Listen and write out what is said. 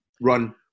run